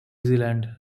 zealand